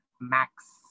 Max